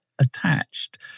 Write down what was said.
attached